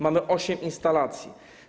Mamy osiem instalacji.